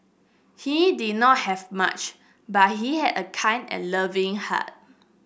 he did not have much but he had a kind and loving heart